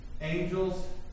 angels